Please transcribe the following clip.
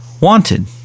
wanted